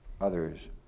others